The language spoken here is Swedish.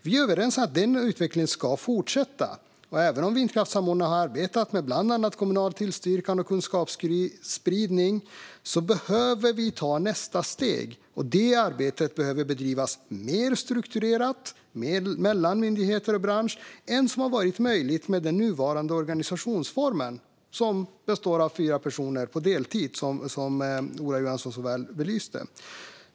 Vi är överens om att denna utveckling ska fortsätta. Även om vindkraftssamordnarna har arbetat med bland annat kommunal tillstyrkan och kunskapsspridning behöver vi ta nästa steg. Detta arbete behöver bedrivas mer strukturerat mellan myndigheter och bransch än vad som varit möjligt med nuvarande organisationsform som består av fyra personer på deltid, vilket Ola Johansson så väl belyste.